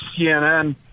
CNN